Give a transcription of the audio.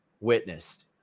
witnessed